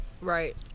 Right